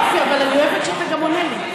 יופי, אבל אני אוהבת שגם עונים.